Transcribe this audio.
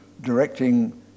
directing